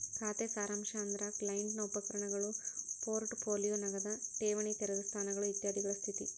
ಖಾತೆ ಸಾರಾಂಶ ಅಂದ್ರ ಕ್ಲೈಂಟ್ ನ ಉಪಕರಣಗಳು ಪೋರ್ಟ್ ಪೋಲಿಯೋ ನಗದ ಠೇವಣಿ ತೆರೆದ ಸ್ಥಾನಗಳು ಇತ್ಯಾದಿಗಳ ಸ್ಥಿತಿ